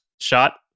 shot